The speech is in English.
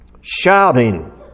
shouting